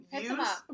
Use